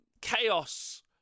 chaos